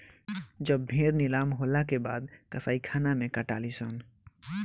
जब भेड़ नीलाम होला के बाद कसाईखाना मे कटाली सन